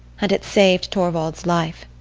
and it saved torvald's life.